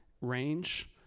range